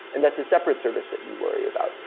and that's a separate service that you worry about.